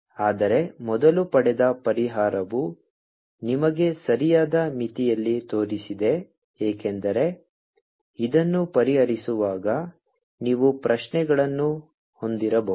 ಆದರೆ ಮೊದಲು ಪಡೆದ ಪರಿಹಾರವು ನಿಮಗೆ ಸರಿಯಾದ ಮಿತಿಯಲ್ಲಿ ತೋರಿಸಿದೆ ಏಕೆಂದರೆ ಇದನ್ನು ಪರಿಹರಿಸುವಾಗ ನೀವು ಪ್ರಶ್ನೆಗಳನ್ನು ಹೊಂದಿರಬಹುದು